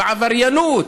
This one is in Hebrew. בעבריינות,